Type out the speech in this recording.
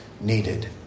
needed